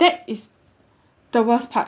it's the worst part